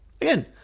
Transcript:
Again